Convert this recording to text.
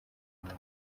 neza